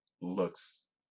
looks